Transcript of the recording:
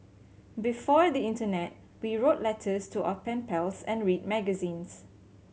before the internet we wrote letters to our pen pals and read magazines